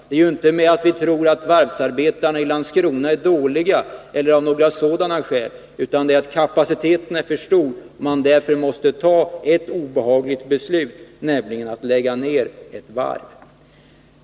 Det är inte därför att vi tror att varvsarbetarna i Landskrona är dåliga eller av andra liknande skäl, utan det är på grund av att kapaciteten är för stor som man måste fatta ett obehagligt beslut, nämligen att lägga ner ett varv.